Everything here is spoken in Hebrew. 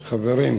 חברים,